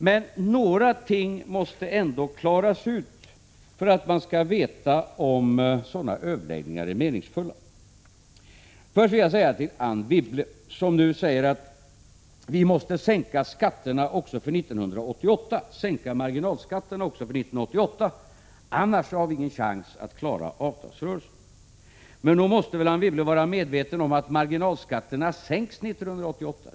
Men några ting måste ändå klaras ut för att få vetskap om sådana överläggningar är meningsfulla. Anne Wibble säger att vi måste sänka marginalskatterna också för 1988. Annars har vi ingen chans att klara avtalsrörelsen, menar hon. Men Anne Wibble måste väl vara medveten om att marginalskatterna sänks 1988.